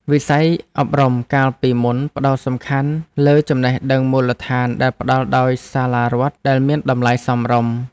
វិស័យអប់រំកាលពីមុនផ្ដោតសំខាន់លើចំណេះដឹងមូលដ្ឋានដែលផ្ដល់ដោយសាលារដ្ឋដែលមានតម្លៃសមរម្យ។